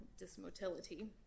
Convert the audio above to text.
dysmotility